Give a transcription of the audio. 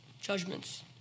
judgments